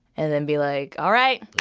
and then be like, all right.